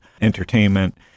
entertainment